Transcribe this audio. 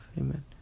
Amen